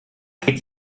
geht